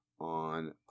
on